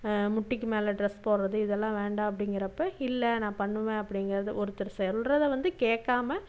முட்டிக்கு மேல் டிரெஸ் போடுறது இதெல்லாம் வேண்டாம் அப்படிங்கிறப்ப இல்லை நான் பண்ணுவேன் அப்படிங்கிறது ஒருத்தர் சொல்றதை வந்து கேக்காமல்